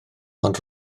ond